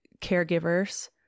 caregivers